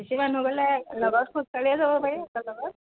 বেছি মানুহ গ'লে লগত খোজ কাঢ়িয়ে যাব পাৰি একেলগত